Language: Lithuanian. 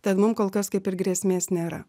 tad mum kol kas kaip ir grėsmės nėra